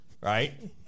right